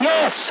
Yes